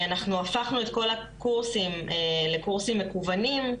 אנחנו הפכנו את כל הקורסים לקורסים מקוונים,